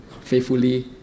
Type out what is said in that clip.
faithfully